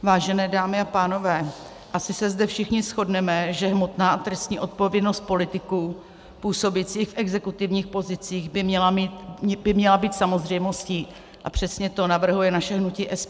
Vážené dámy a pánové, asi se zde všichni shodneme, že hmotná a trestní odpovědnost politiků působících v exekutivních pozicích by měla být samozřejmostí, a přesně to navrhuje naše hnutí SPD.